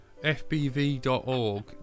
fbv.org